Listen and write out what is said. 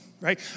right